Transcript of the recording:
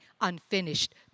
unfinished